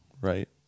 right